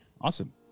Awesome